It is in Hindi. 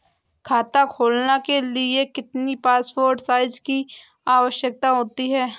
खाता खोलना के लिए कितनी पासपोर्ट साइज फोटो की आवश्यकता होती है?